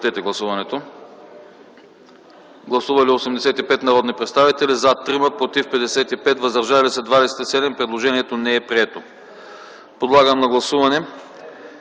Подлагам на гласуване